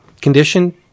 condition